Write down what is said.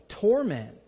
torment